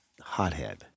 hothead